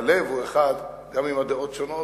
הלב הוא אחד גם אם הדעות שונות,